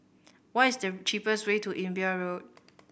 what is the cheapest way to Imbiah Road